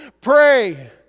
Pray